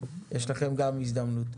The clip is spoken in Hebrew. יש לכם הזדמנות.